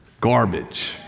garbage